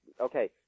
Okay